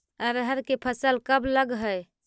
अरहर के फसल कब लग है?